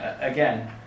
again